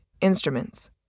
instruments